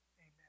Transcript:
Amen